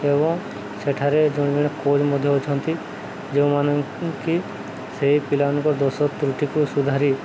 ଏବଂ ସେଠାରେ ଜଣେ ଜଣେ କୋଚ୍ ମଧ୍ୟ ଅଛନ୍ତି ଯେଉଁମାନ କି ସେହି ପିଲାମାନଙ୍କର ଦୋଷ ତ୍ରୁଟିକୁ ସୁଧାରି